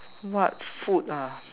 what food ah